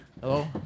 Hello